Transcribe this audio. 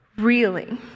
reeling